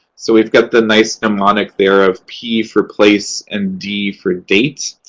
so we've got the nice mnemonic there of p for place and d for date.